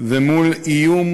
ומול איום